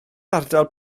ardal